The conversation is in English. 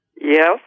Yes